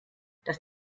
dass